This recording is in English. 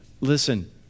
listen